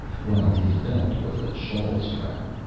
while his belt was a shawl-strap.